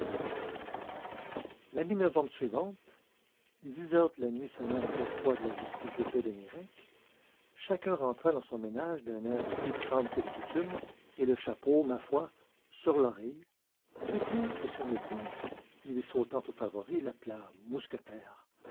la mi novembre suivante dix heures de la nuit sonnant au beffroi de la justice de paix de nayrac chacun rentra dans son ménage d'un air plus crâne que de coutume et le chapeau ma foi sur l'oreille si bien que son épouse lui sautant aux favoris l'appela mousquetaire